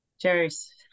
Jerry's